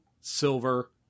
silver